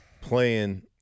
playing